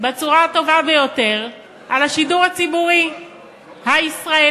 בצורה הטובה ביותר על השידור הציבורי הישראלי.